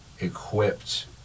equipped